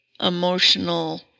emotional